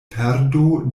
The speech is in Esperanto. perdo